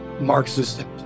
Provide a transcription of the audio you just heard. Marxist